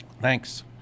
Thanks